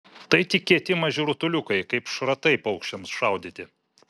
tai tik kieti maži rutuliukai kaip šratai paukščiams šaudyti